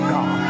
God